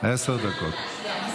עשר דקות.